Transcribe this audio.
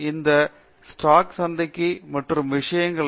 பேராசிரியர் அரிந்தமா சிங் எந்த நிபுணத்துவமும் இல்லை